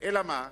אלא מה?